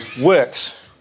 works